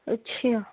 اچھا